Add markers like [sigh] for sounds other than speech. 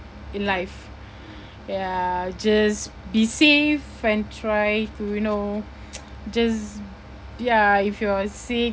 in life ya just be safe and try to you know [noise] just ya if you're sick